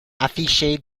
affiché